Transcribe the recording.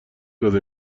داده